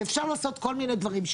ואפשר לעשות כול מיני דברים.